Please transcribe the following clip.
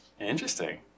Interesting